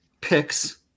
picks